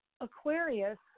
Aquarius